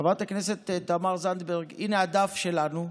חברת הכנסת תמר זנדברג, הינה הדף שלנו.